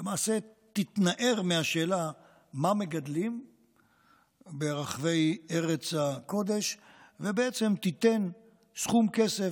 למעשה תתנער מהשאלה מה מגדלים ברחבי ארץ הקודש ובעצם תיתן סכום כסף,